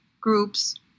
groups